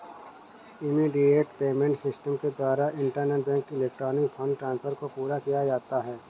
immediate payment system के द्वारा interbank electronic fund transfer को पूरा किया जाता है